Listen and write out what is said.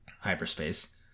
hyperspace